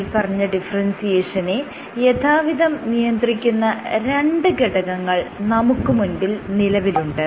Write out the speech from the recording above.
മേല്പറഞ്ഞ ഡിഫറെൻസിയേഷനെ യഥാവിധം നിയന്ത്രിക്കുന്ന രണ്ട് ഘടകങ്ങൾ നമുക്ക് മുൻപിൽ നിലവിലുണ്ട്